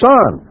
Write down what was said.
Son